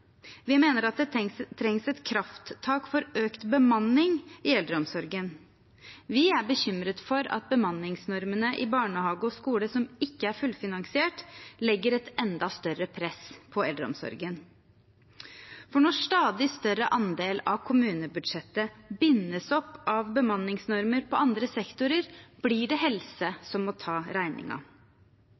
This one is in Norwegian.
Vi mener at det trengs et krafttak for økt bemanning i eldreomsorgen. Vi er bekymret for at bemanningsnormene i barnehage og skole, som ikke er fullfinansiert, legger et enda større press på eldreomsorgen. For når en stadig større andel av kommunebudsjettet bindes opp av bemanningsnormer på andre sektorer, blir det helse som må ta